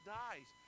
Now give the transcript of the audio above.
dies